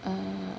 嗯